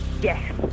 Yes